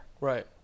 Right